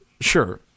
Sure